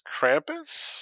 Krampus